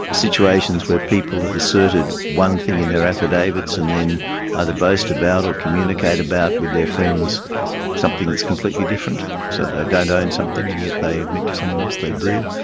situations where people have asserted one thing in there affidavits and then either boast about or communicate about with their friends something that's completely different, so they don't and own something and yet they admit to someone else they do,